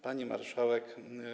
Pani Marszałek!